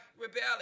rebelling